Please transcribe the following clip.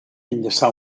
enllaçar